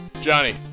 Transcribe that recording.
Johnny